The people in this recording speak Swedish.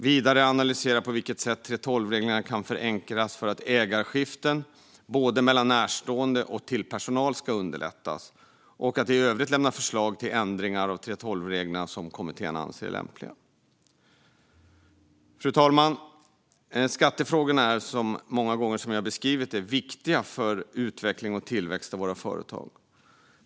Vidare ska utredningen analysera på vilket sätt 3:12-reglerna kan förenklas för att ägarskiften både till närstående och till personal ska underlättas, och i övrigt lämna förslag till ändringar av 3:12-reglerna som kommittén anser är lämpliga. Fru talman! Skattefrågorna är, som jag har beskrivit det, många gånger viktiga för företags utveckling och tillväxt.